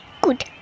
good